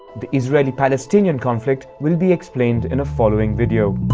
the israeli-palestinian conflict will be explained in a following video.